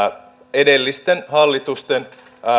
edellisten hallitusten